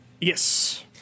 yes